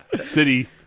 City